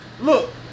Look